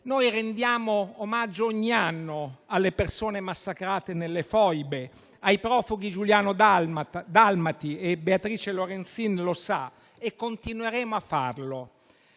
Rendiamo omaggio ogni anno alle persone massacrate nelle foibe e ai profughi giuliano-dalmati - la collega Beatrice Lorenzin lo sa - e continueremo a farlo,